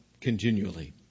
continually